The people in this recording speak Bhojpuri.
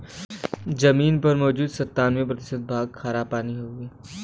जमीन पर मौजूद सत्तानबे प्रतिशत भाग खारापानी हउवे